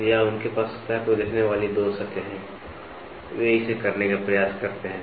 तो या उनके पास सतह को देखने वाली दो सतहें हैं वे इसे करने का प्रयास करते हैं